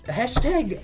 hashtag